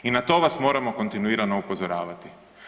I i na to vas moramo kontinuirano upozoravati.